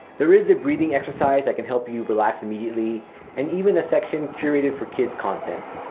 there is a breathing exercise that can help you relax immediately and even a section curated for kids content.